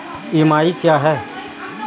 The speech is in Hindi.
ई.एम.आई क्या है?